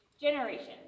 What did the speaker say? generations